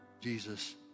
jesus